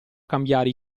cambiare